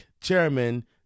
Chairman